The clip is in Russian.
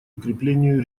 укреплению